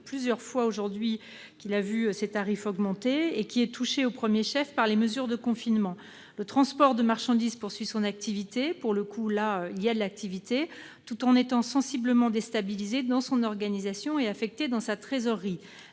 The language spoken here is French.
dit plusieurs fois aujourd'hui -ont augmenté et qui est touché au premier chef par les mesures de confinement. Le transport de marchandises poursuit son activité- là, pour le coup, il y a de l'activité -tout en étant sensiblement déstabilisé dans son organisation et affecté dans sa trésorerie.